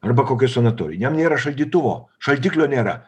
arba kokioj sanatorijoj jam nėra šaldytuvo šaldiklio nėra